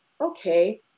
okay